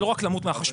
זה לא רק למות מהחשמל,